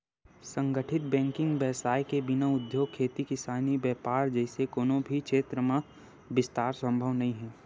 संगठित बेंकिग बेवसाय के बिना उद्योग, खेती किसानी, बेपार जइसे कोनो भी छेत्र म बिस्तार संभव नइ हे